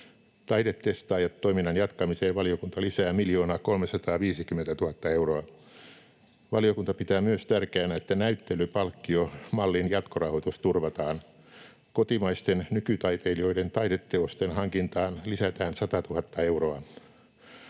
Taidetestaajat-toiminnan jatkamiseen valiokunta lisää 1 350 000 euroa. Valiokunta pitää myös tärkeänä, että näyttelypalkkiomallin jatkorahoitus turvataan. Kotimaisten nykytaiteilijoiden taideteosten hankintaan lisätään 100 000 euroa.